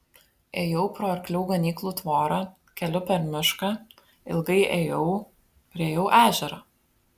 ėjau pro arklių ganyklų tvorą keliu per mišką ilgai ėjau priėjau ežerą